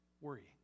worrying